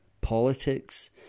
politics